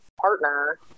partner